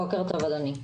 בוקר טוב, אדוני.